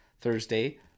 Thursday